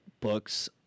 books